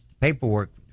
paperwork